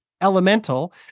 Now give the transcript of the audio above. elemental